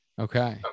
Okay